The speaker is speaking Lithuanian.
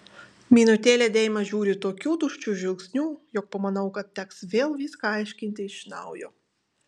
minutėlę deima žiūri tokiu tuščiu žvilgsniu jog pamanau kad teks vėl viską aiškinti iš naujo